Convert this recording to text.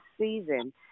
season